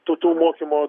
tų tų mokymo